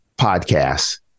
podcasts